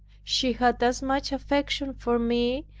she had as much affection for me,